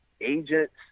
agents